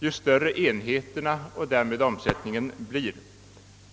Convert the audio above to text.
ju större enheterna och därmed omsättningen blir.